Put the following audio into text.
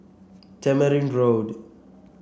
Tamarind Road